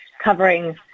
covering